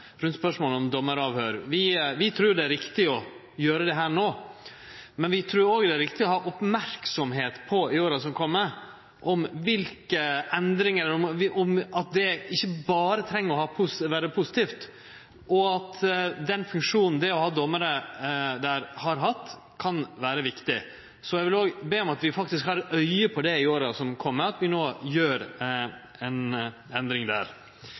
om domaravhøyr. Vi trur det er riktig å gjere dette no, men vi trur òg det er riktig i åra som kjem, å ha merksemda på at dette ikkje berre treng å vere positivt, og at den funksjonen som domarar der har hatt, kan vere viktig. Så eg vil òg be om at vi har eit auge på det i åra som kjem, når vi no gjer ei endring der.